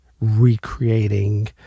recreating